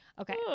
Okay